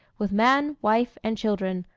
with man, wife, and children,